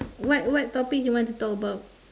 what what topics you want to talk about